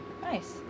Nice